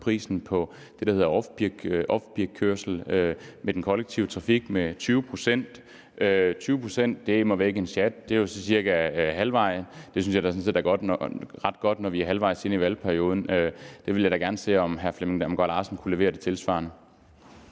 prisen på det, der hedder off peak-kørsel, i den kollektive trafik med 20 pct. 20 pct. er immer væk en sjat, det er jo cirka halvvejen. Det synes jeg da sådan set er ret godt, når vi er halvvejs inde i valgperioden. Jeg ville da gerne se, om hr. Flemming Damgaard Larsen kunne levere noget tilsvarende.